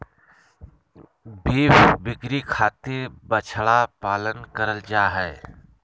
beef बिक्री खातिर बछड़ा पालन करल जा हय